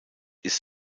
ist